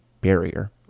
barrier